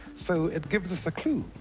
so it gives us a clue.